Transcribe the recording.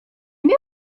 nie